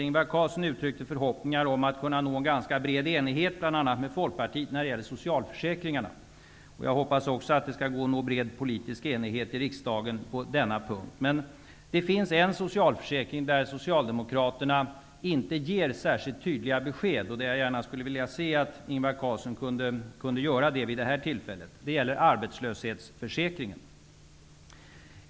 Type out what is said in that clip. Ingvar Carlsson uttryckte förhoppningar om att kunna nå en ganska bred enighet bl.a. med Folkpartiet när det gäller socialförsäkringarna. Jag hoppas också att det skall gå att nå bred politisk enighet i riksdagen på denna punkt. Men det finns en socialförsäkring där Socialdemokraterna inte ger särskilt tydliga besked och där jag gärna skulle vilja se att Ingvar Carlsson kunde göra det vid detta tillfälle, och det gäller arbetslöshetsförsäkringen.